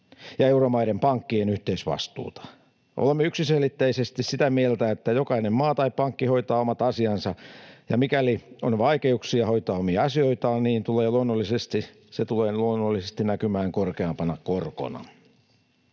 ja euromaiden pankkien yhteisvastuuta. Olemme yksiselitteisesti sitä mieltä, että jokainen maa tai pankki hoitaa omat asiansa, ja mikäli on vaikeuksia hoitaa omia asioitaan, niin se tulee luonnollisesti näkymään korkeampana korkona.